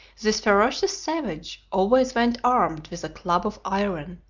this ferocious savage always went armed with a club of iron,